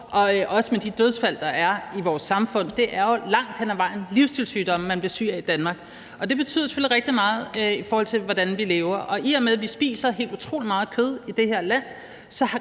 og også med de dødsfald, der er, i vores samfund. Det er jo langt hen ad vejen livsstilssygdomme, man bliver syg med i Danmark, og det betyder selvfølgelig rigtig meget, hvordan vi lever. I og med at vi spiser helt utrolig meget kød i det her land,